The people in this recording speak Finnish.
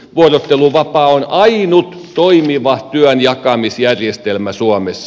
vuorotteluvapaa on ainut toimiva työnjakamisjärjestelmä suomessa